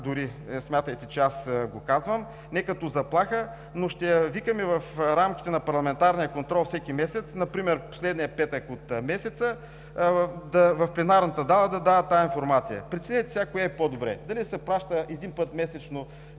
дори, смятайте, че аз го казвам, не като заплаха, но ще я викаме в рамките на парламентарния контрол всеки месец – например, последния петък от месеца, в пленарната зала да дава тази информация. Преценете сега кое е по-добре! Дали да се праща един път месечно